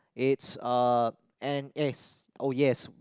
it's uh N_S oh yes